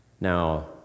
Now